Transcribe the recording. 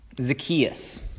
Zacchaeus